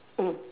mm